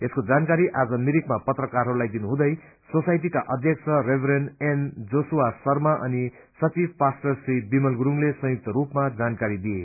यसको जानकारी आज मिरिकमा पत्रकारहरूलाई दिनु हुँदै सोसाइटीका अध्यक्ष Shri reverend N Joshua Sharma अनि सचिव पास्टर श्री विमल गुरूङले संयुक्त रूपमा जानकारी दिए